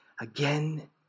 again